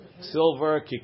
silver